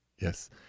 Yes